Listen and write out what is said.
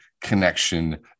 connection